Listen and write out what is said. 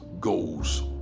goes